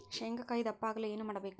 ಶೇಂಗಾಕಾಯಿ ದಪ್ಪ ಆಗಲು ಏನು ಮಾಡಬೇಕು?